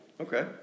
Okay